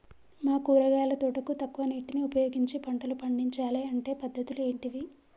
మా కూరగాయల తోటకు తక్కువ నీటిని ఉపయోగించి పంటలు పండించాలే అంటే పద్ధతులు ఏంటివి?